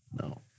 No